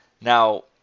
Now